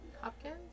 Hopkins